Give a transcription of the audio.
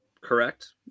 correct